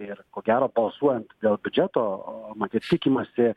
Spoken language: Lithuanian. ir ko gero balsuojant dėl biudžeto matyt tikimasi